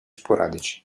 sporadici